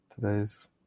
today's